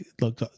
look